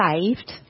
saved